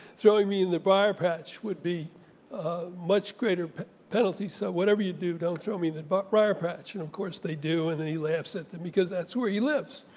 throwing me in the briar patch would be much greater but penalty. so whatever you do don't throw me that but briar patch and of course they do and then he laughs at them because that's where he lives.